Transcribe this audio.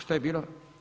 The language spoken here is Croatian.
Što je bilo?